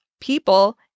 people